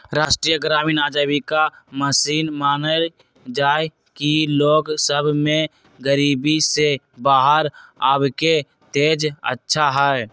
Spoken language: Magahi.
राष्ट्रीय ग्रामीण आजीविका मिशन मानइ छइ कि लोग सभ में गरीबी से बाहर आबेके तेज इच्छा हइ